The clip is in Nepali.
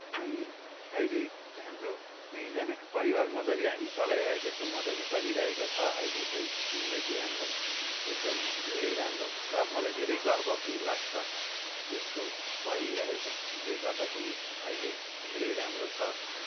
अनि अहिले हाम्रो दुइजनाको परिवार मजाले हामी चलाइरहेको छौँ मजाले चलिरहेको छ अहिले चाहिँ जिन्दगी हाम्रो एकदम धेरै राम्रो र मलाई धेरै गर्व पनि लाग्छ यस्तो भइरहेकाले गर्दाखेरि अहिले धेरै राम्रो छ